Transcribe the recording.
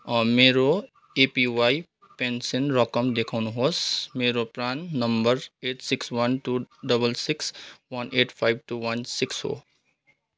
मेरो APY pension रकम देखाउनुहोस् मेरो PRAN number eight six one two double six one eight five two one six हो